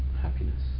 happiness